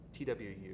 TWU